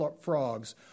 frogs